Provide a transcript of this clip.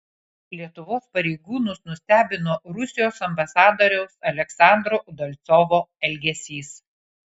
lietuvos pareigūnus nustebino rusijos ambasadoriaus aleksandro udalcovo elgesys